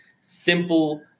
simple